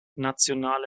nationale